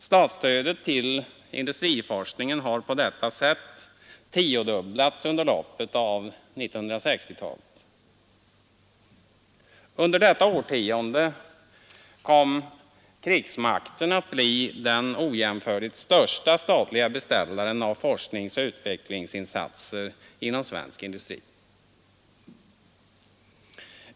Statsstödet till industriforskningen har på detta sätt tiodubblats under loppet av 1960-talet. Under detta årtionde kom krigsmakten att bli den ojämförligt största statliga beställaren av forskningsoch utvecklingsinsatser inom svensk industri.